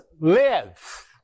live